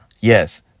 Yes